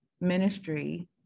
ministry